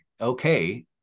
okay